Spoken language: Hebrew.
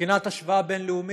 מבחינת השוואה בין-לאומית,